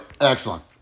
Excellent